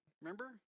Remember